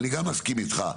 אני גם מסכים איתך,